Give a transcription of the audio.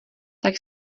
tak